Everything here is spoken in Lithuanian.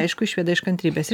aišku išveda iš kantrybės ir